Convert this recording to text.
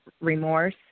remorse